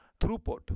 throughput